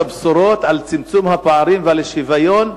הבשורות על צמצום הפערים ועל השוויון,